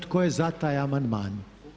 Tko je za taj amandman?